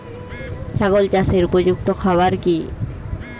ছাগল চাষের উপযুক্ত খাবার কি কি?